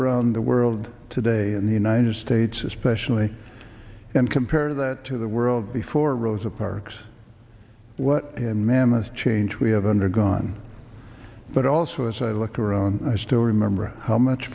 around the world today in the united states especially and compare that to the world before rosa parks what man this change we have undergone but also as i look around i still remember how much